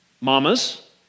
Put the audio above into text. Mamas